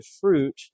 fruit